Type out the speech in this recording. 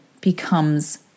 becomes